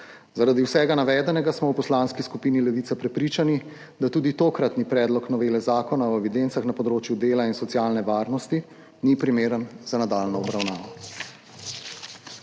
Zaradi vsega navedenega smo v Poslanski skupini Levica prepričani, da tudi tokratni predlog novele Zakona o evidencah na področju dela in socialne varnosti ni primeren za nadaljnjo obravnavo.